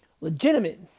legitimate